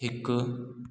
हिकु